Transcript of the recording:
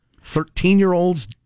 Thirteen-year-olds